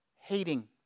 hating